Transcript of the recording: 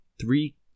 three